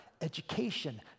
education